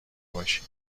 باشیم